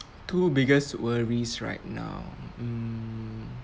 two biggest worries right now um